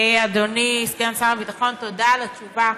אדוני סגן שר הביטחון, תודה על התשובה.